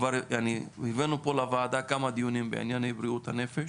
הבאנו פה לוועדה כמה דיונים בענייני בריאות הנפש.